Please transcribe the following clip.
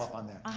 on that.